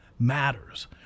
Matters